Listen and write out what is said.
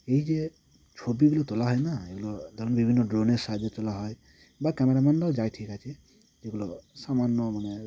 এই যে ছবিগুলো তোলা হয় না এগুলো ধরুন বিভিন্ন ড্রোনের সাহায্যে তোলা হয় বা ক্যামেরাম্যানরাও যায় ঠিক আছে যেগুলো সামান্য মানে